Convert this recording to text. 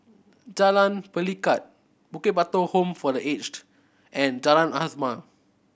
Jalan Pelikat Bukit Batok Home for The Aged and Jalan Azam